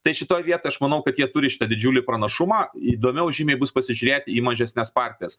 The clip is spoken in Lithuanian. tai šitoj vietoj aš manau kad jie turi šitą didžiulį pranašumą įdomiau žymiai bus pasižiūrėti į mažesnes partijas